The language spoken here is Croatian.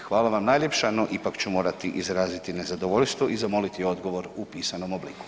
Hvala vam najljepša, no ipak ću morati izraziti nezadovoljstvo i zamoliti odgovor u pisanom obliku.